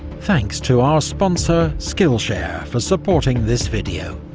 thanks to our sponsor skillshare for supporting this video.